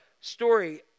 story